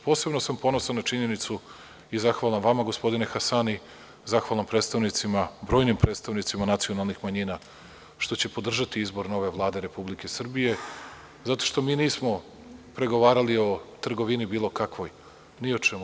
Posebno sam ponosan na činjenicu i zahvalan vama gospodine Hasani, zahvalan brojnim predstavnicima nacionalnih manjina što će podržati izbor nove Vlade Republike Srbije, zato što mi nismo pregovarali o trgovini bilo kakvoj, ni o čemu.